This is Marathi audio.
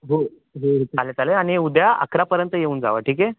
हो हो चालेल चालेल आणि उद्या अकरापर्यंत येऊन जा ठीक आहे